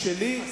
התפקיד שלי,